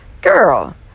girl